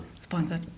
sponsored